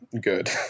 Good